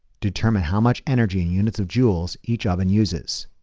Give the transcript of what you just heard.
determine how much energy and units of joules each oven uses.